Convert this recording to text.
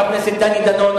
חבר הכנסת דני דנון,